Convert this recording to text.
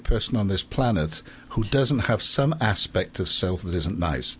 person on this planet who doesn't have some aspect of self that isn't nice